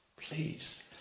please